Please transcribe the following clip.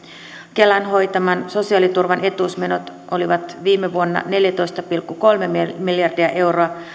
kelan hoitaman sosiaaliturvan etuusmenot olivat viime vuonna neljätoista pilkku kolme miljardia euroa